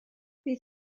bydd